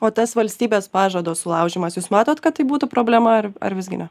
o tas valstybės pažado sulaužymas jūs matot kad tai būtų problema ar ar visgi ne